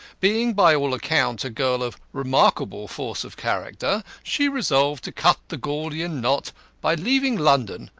being, by all accounts, a girl of remarkable force of character, she resolved to cut the gordian knot by leaving london,